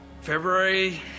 February